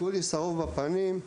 כולי שרוף בפנים,